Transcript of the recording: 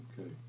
Okay